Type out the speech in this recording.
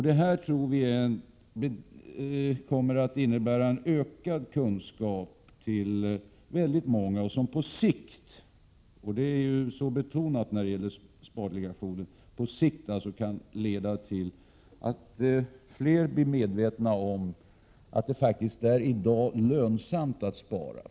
Det här tror vi kommer att innebära en ökad kunskap för väldigt många, vilket på sikt — det betonas särskilt när det gäller spardelegationen — kan leda till att fler blir medvetna om att det faktiskt i dag är lönsamt att spara.